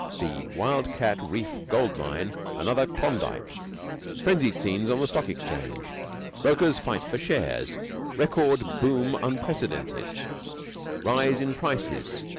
the wild-cat reef gold-mine another klondike frenzied scenes on the stock exchange brokers fight for shares record boom unprecedented rise in prices